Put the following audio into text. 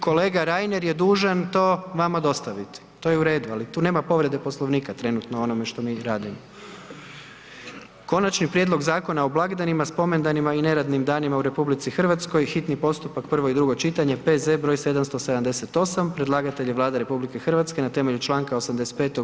Kolega Reiner je vama dužan to dostaviti, to je uredu, ali tu nema povrede Poslovnika trenutno o onome što mi radimo. - Konačni prijedlog Zakona o blagdanima, spomendanima i neradnim danima u RH, hitni postupak, prvo i drugo čitanje, P.Z. br. 778 Predlagatelj je Vlada RH na temelju članka 85.